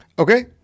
Okay